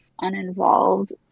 uninvolved